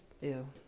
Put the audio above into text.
ew